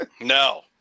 No